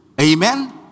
Amen